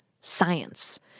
science